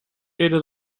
eerder